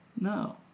No